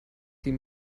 viel